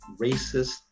racist